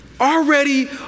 Already